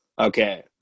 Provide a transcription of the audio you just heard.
Okay